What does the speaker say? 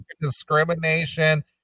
discrimination